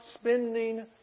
spending